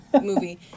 movie